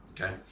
okay